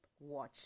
watch